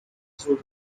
through